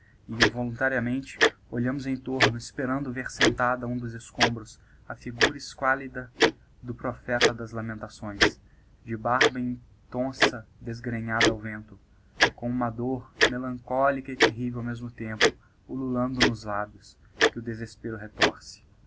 involuntariamente olhámos em torno esperando ver sentada a um dos escombros a figura esquálida do propheta das lamentações de barba intonsa desgrenhada ao vento com uma dôr melancólica e terrível ao mesmo tempo ullulando nos lábios que o desespero retorce